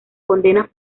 condenas